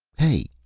hey,